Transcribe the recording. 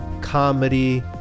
comedy